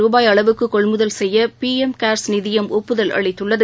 ரூபாய் அளவுக்குகொள்முதல் செய்யபிளம் கேர்ஸ் நிதியம் ஒப்புதல் அளித்துள்ளது